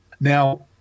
Now